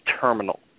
terminal